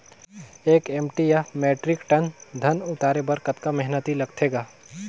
एक एम.टी या metric tonne धन उतारे बर कतका मेहनती लगथे ग?